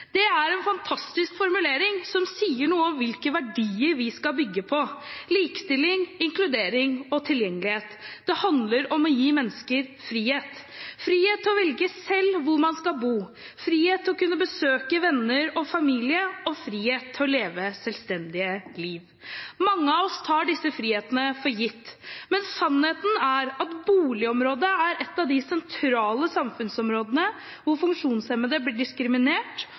Det er en fantastisk formulering som sier noe om hvilke verdier vi skal bygge på: likestilling, inkludering og tilgjengelighet. Det handler om å gi mennesker frihet – frihet til å velge selv hvor man skal bo, frihet til å kunne besøke venner og familie og frihet til å leve selvstendige liv. Mange av oss tar disse frihetene for gitt, men sannheten er at boligområdet er et av de sentrale samfunnsområdene hvor funksjonshemmede blir diskriminert